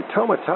Toma